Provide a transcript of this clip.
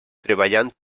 treballant